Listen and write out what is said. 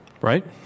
Right